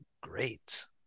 great